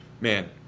man